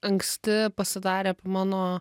anksti pasidarė mano